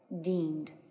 deemed